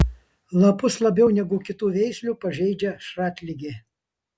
lapus labiau negu kitų veislių pažeidžia šratligė